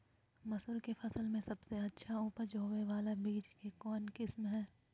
मसूर के फसल में सबसे अच्छा उपज होबे बाला बीज के कौन किस्म हय?